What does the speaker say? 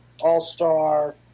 all-star